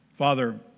Father